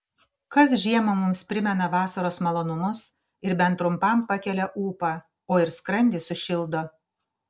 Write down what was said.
kas žiemą mums primena vasaros malonumus ir bent trumpam pakelią ūpą o ir skrandį sušildo